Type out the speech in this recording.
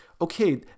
okay